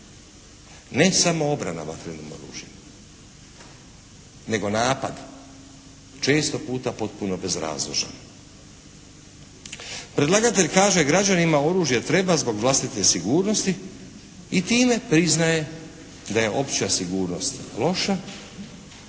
Ne samoobrana vatrenim oružjem, nego napad, često puta potpuno bezrazložan. Predlagatelj kaže građanima oružje treba zbog vlastite sigurnosti i time priznaje da je opća sigurnost loša